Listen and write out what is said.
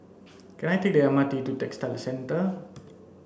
can I take the M R T to Textile Centre